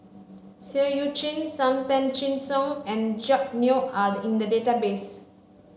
Seah Eu Chin Sam Tan Chin Siong and Jack Neo are in the database